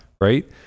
right